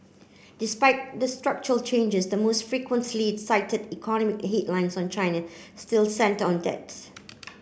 despite the structural changes the most frequently cited economic headlines on China still centre on debts